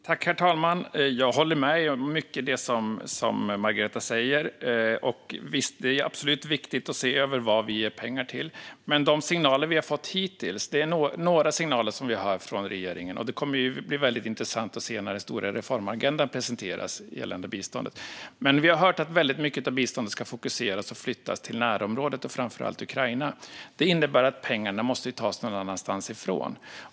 Herr talman! Jag håller med om mycket av det som Margareta Cederfelt säger. Det är absolut viktigt att se över vad Sverige ger pengar till. Vi har fått några signaler från regeringen, och det blir intressant att se den stora reformagendan gällande biståndet när den presenteras. Vi har hört att väldigt mycket av biståndet ska fokuseras på och flyttas till närområdet, framför allt Ukraina. Det innebär att pengarna måste tas någon annanstans ifrån.